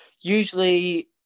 usually